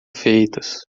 feitas